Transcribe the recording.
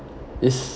it's